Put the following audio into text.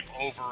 over